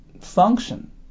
function